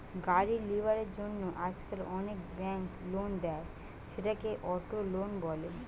গাড়ি লিবার জন্য আজকাল অনেক বেঙ্ক লোন দেয়, সেটাকে অটো লোন বলে